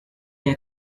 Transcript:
der